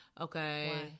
okay